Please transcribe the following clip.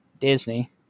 Disney